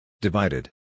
Divided